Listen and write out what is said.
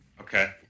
Okay